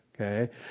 Okay